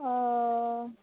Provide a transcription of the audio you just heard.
ᱚ